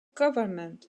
government